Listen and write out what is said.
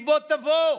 היא בוא תבוא.